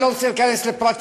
אני לא רוצה להיכנס לפרטים,